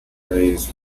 praise